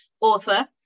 author